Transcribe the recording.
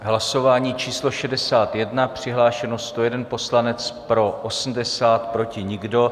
Hlasování číslo 61, přihlášeno 101 poslanec, pro 80, proti nikdo.